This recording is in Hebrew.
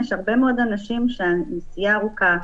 יש הרבה מאוד אנשים שעבורם מדובר בנסיעה ארוכה,